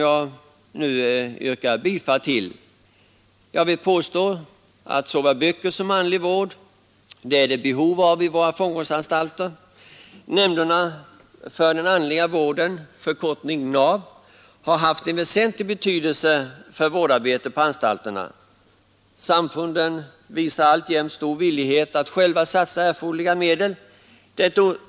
Jag vill påstå att såväl böcker som andlig vård Nr 75 är det behov av vid våra fångvårdsanstalter. Nämnderna för den andliga Torsdagen den vården, NAV, har haft en väsentlig betydelse för vårdarbetet på 26 april 1973 anstalterna. Samfunden visar alltjämt stor villighet att själva satsa erforderliga medel.